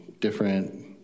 different